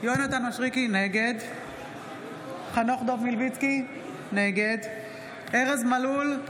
יונתן מישרקי, נגד חנוך דב מלביצקי, נגד ארז מלול,